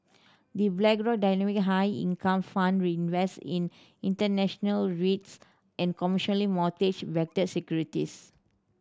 The Blackrock Dynamic High Income Fund invest in international REITs and commercial mortgage backed securities